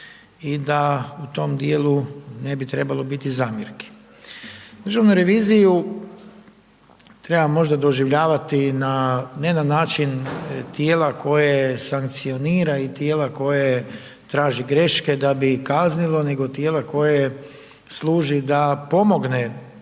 i da u tom dijelu ne bi trebalo biti zamjerke. Državnu reviziju, treba možda doživljavati ne na način tijela koje sankcionira i tijela koje traži greške da bi kaznilo, nego tijelo koje služi da pomogne